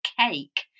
cake